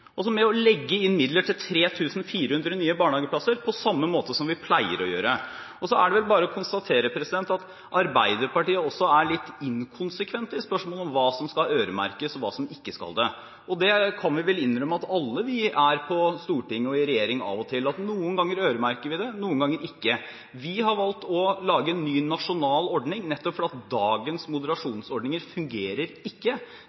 også er litt inkonsekvent i spørsmålet om hva som skal øremerkes, og hva som ikke skal det. Det kan vi vel innrømme at vi alle på Stortinget og i regjeringen er av og til – at noen ganger øremerker vi det, og noen ganger ikke. Vi har valgt å lage en ny nasjonal ordning, nettopp fordi dagens moderasjonsordninger ikke fungerer. Det har Arbeiderpartiet ikke valgt – de har valgt å nedprioritere nasjonal styring når det gjelder de svakeste familiene med dårligst økonomi. Jeg synes det er veldig flott at